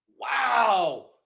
Wow